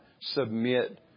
submit